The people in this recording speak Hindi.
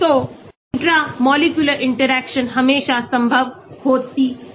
तो इंट्रामोल्युलर इंटरेक्शन हमेशा संभव होती है